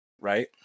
right